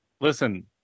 listen